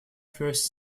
first